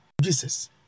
Jesus